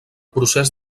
procés